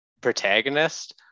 protagonist